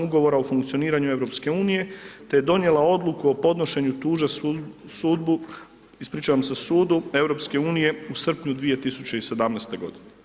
Ugovora o funkcioniranju EU te je donijela odluku o podnošenju tužbe sudbu, ispričavam se, Sudu EU u srpnju 2017. godine.